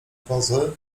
pozy